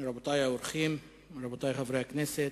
רבותי האורחים, רבותי חברי הכנסת,